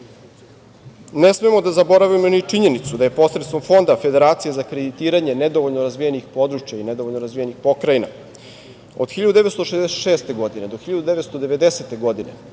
smemo da zaboravimo ni činjenicu da je posredstvom Fonda federacije za kreditiranje nedovoljno razvijenih područja i nedovoljno razvijenih pokrajina od 1966. do 1990. godine